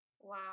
Wow